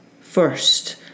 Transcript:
first